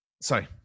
sorry